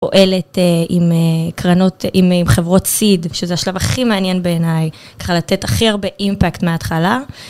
פועלת עם קרנות חברות סיד, שזה השלב הכי מעניין בעיניי, ככה לתת הכי הרבה אימפקט מההתחלה.